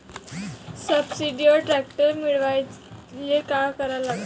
सबसिडीवर ट्रॅक्टर मिळवायले का करा लागन?